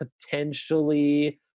potentially